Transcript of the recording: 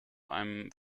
einem